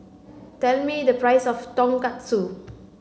tell me the price of Tonkatsu